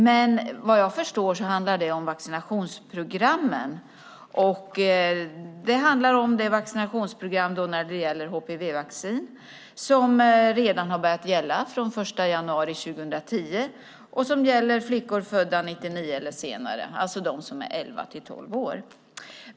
Men vad jag förstår handlar det om vaccinationsprogrammen. Det handlar om vaccinationsprogrammet när det gäller HPV-vaccin som redan har börjat gälla från och med den 1 januari 2010 och som gäller flickor födda 1999 eller senare, alltså de som är 11-12 år.